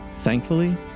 Thankfully